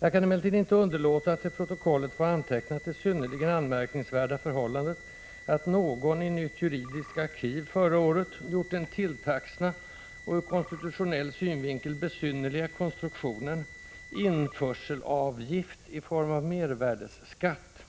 Jag kan emellertid inte underlåta att till protokollet få antecknat det synnerligen anmärkningsvärda förhållandet att någon i Nytt juridiskt arkiv förra året gjort den tilltagsna och ur konstitutionell synvinkel besynnerliga konstruktionen ”införselavgift i form av mervärdeskatt”,